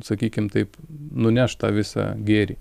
sakykim taip nuneš tą visą gėrį